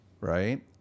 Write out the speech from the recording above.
Right